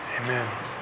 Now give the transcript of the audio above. amen